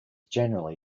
generally